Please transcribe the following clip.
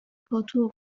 پاتق